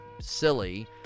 silly